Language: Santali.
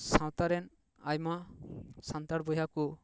ᱥᱟᱶᱛᱟ ᱨᱮᱱ ᱟᱭᱢᱟ ᱥᱟᱱᱛᱟᱲ ᱵᱚᱭᱦᱟ ᱠᱚ